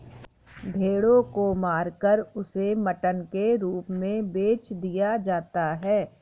भेड़ों को मारकर उसे मटन के रूप में बेच दिया जाता है